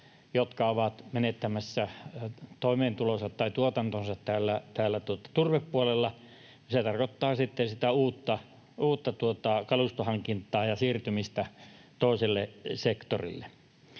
jotka ovat menettämässä toimeentulonsa tai tuotantonsa täällä turvepuolella. Se tarkoittaa sitten uutta kalustohankintaa ja siirtymistä toiselle sektorille.